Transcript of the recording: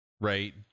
right